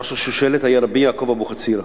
ראש השושלת היה רבי יעקב אבוחצירא,